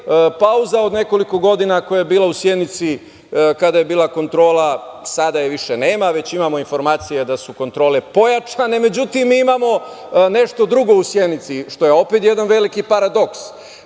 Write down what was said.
Pauza od nekoliko godina koja je bila u Sjenici kada je bila kontrola, sada je više nema, već imamo informacije da su kontrole pojačane. Međutim, imamo nešto drugo u Sjenici, što je opet jedan veliki paradoks. Dakle,